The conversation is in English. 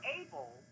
able